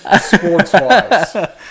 Sports-wise